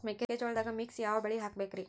ಮೆಕ್ಕಿಜೋಳದಾಗಾ ಮಿಕ್ಸ್ ಯಾವ ಬೆಳಿ ಹಾಕಬೇಕ್ರಿ?